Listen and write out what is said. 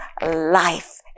life